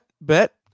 bet